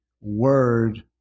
word